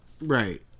right